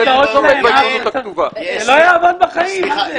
זה לא יעבוד בחיים.